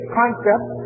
concept